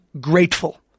grateful